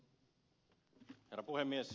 herra puhemies